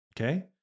Okay